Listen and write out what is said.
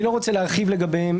אני לא רוצה להרחיב לגביהם.